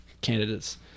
candidates